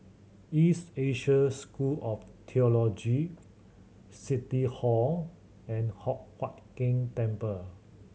East Asia School of Theology City Hall and Hock Huat Keng Temple